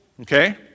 okay